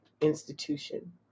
institution